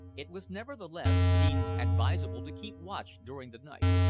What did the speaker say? it was nevertheless deemed advisable to keep watch during the night.